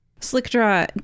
Slickdraw